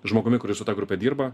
žmogumi kuris su ta grupe dirba